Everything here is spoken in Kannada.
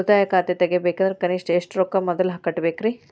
ಉಳಿತಾಯ ಖಾತೆ ತೆಗಿಬೇಕಂದ್ರ ಕನಿಷ್ಟ ಎಷ್ಟು ರೊಕ್ಕ ಮೊದಲ ಕಟ್ಟಬೇಕ್ರಿ?